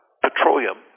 petroleum